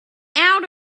out